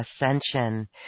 ascension